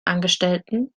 angestellten